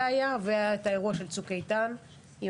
זה היה והיה גם את האירוע של צוק איתן עם